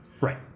Right